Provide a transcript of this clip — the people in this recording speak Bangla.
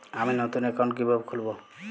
আমি নতুন অ্যাকাউন্ট কিভাবে খুলব?